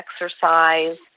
exercise